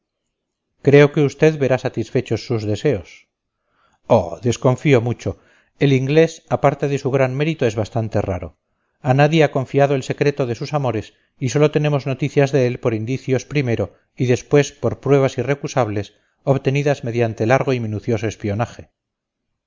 creo que usted verá satisfechos sus deseos oh desconfío mucho el inglés aparte de su gran mérito es bastante raro a nadie ha confiado el secreto de sus amores y sólo tenemos noticias de él por indicios primero y después por pruebas irrecusables obtenidas mediante largo y minucioso espionaje